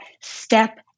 step